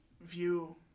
view